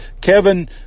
Kevin